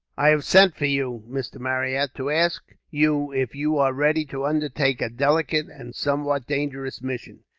i have sent for you, mr. marryat, to ask you if you are ready to undertake a delicate, and somewhat dangerous, mission.